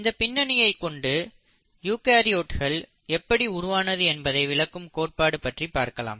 இந்தப் பின்னணியைக் கொண்டு யூகரியோட்கள் எப்படி உருவானது என்பதை விளக்கும் கோட்பாடு பற்றி பார்க்கலாம்